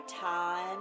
time